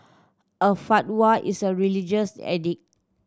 a fatwa is a religious edict